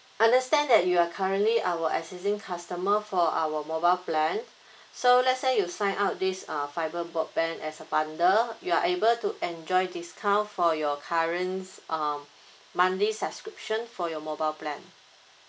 understand that you are currently our existing customer for our mobile plan so let's say you sign up this uh fibre broadband as a bundle you are able to enjoy discount for your current um monthly subscription for your mobile plan